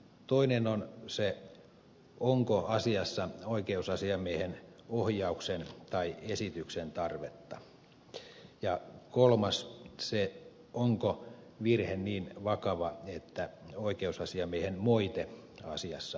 toinen on se onko asiassa oikeusasiamiehen ohjauksen tai esityksen tarvetta ja kolmas se onko virhe niin vakava että oikeusasiamiehen moite asiassa on tarpeen